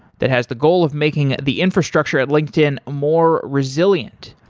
that has the goal of making the infrastructure at linkedin more resilient.